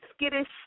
skittish